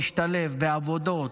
להשתלב בעבודות,